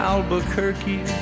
Albuquerque